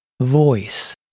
voice